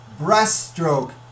breaststroke